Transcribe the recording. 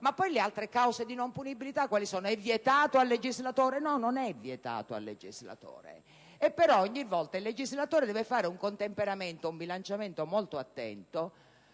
Ma poi le altre cause di non punibilità quali sono? È vietato al legislatore di introdurne altre? No, non è vietato, però ogni volta il legislatore deve fare un contemperamento, un bilanciamento molto attento,